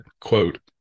quote